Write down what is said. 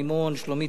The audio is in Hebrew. שלומית ארליך